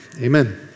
Amen